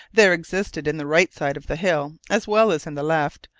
there existed in the right side of the hill, as well as in the left,